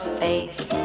face